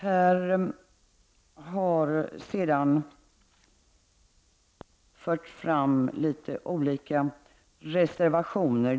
Här finns alltså litet olika reservationer.